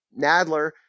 Nadler